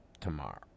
tomorrow